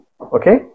Okay